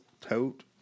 tote